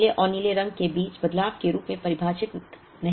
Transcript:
यह पीले और नीले रंग के बीच बदलाव के रूप में परिभाषित नहीं है